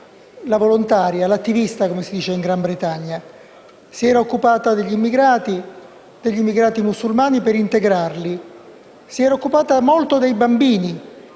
la volontaria o l'attivista, come si dice in Gran Bretagna. Si era occupata degli immigrati musulmani, per integrarli, si era occupata molto dei bambini